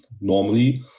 normally